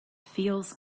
feels